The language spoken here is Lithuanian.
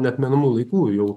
neatmenamų laikų jau